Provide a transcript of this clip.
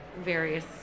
various